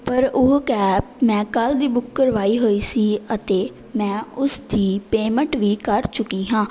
ਪਰ ਉਹ ਕੈਬ ਮੈਂ ਕੱਲ੍ਹ ਦੀ ਬੁੱਕ ਕਰਵਾਈ ਹੋਈ ਸੀ ਅਤੇ ਮੈਂ ਉਸ ਦੀ ਪੇਮੈਂਟ ਵੀ ਕਰ ਚੁੱਕੀ ਹਾਂ